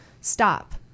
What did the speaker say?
stop